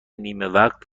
نیمهوقت